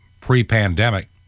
pre-pandemic